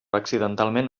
accidentalment